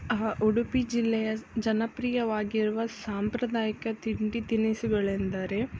ಅಹಾ ಉಡುಪಿ ಜಿಲ್ಲೆಯ ಜನಪ್ರಿಯವಾಗಿರುವ ಸಾಂಪ್ರದಾಯಿಕ ತಿಂಡಿ ತಿನಿಸುಗಳೆಂದರೆ